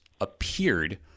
appeared